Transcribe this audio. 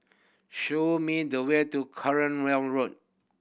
show me the way to Cranwell Road